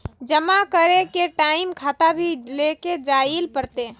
जमा करे के टाइम खाता भी लेके जाइल पड़ते?